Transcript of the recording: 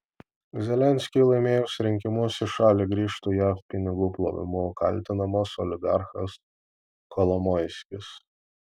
zelenskiui laimėjus rinkimus į šalį grįžtų jav pinigų plovimu kaltinamas oligarchas kolomoiskis